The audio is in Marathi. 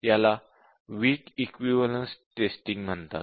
याला वीक इक्विवलेन्स टेस्टिंग म्हणतात